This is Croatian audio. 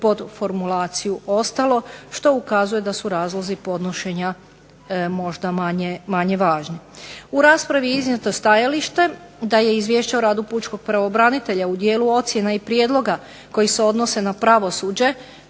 podvodi pod formulaciju ostalo što ukazuje da su razlozi podnošenja možda manje važni. U raspravi je iznijeto stajalište da je Izvješće o radu pučkog pravobranitelja u dijelu ocjena i prijedloga koji se odnose na pravosuđe